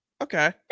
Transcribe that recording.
Okay